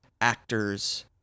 actors